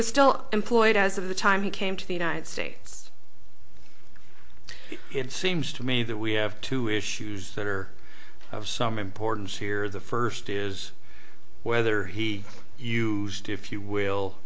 was still employed as of the time he came to the united states it seems to me that we have two issues that are of some importance here the first is whether he used if you will